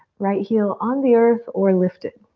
right heel on the earth or lifted.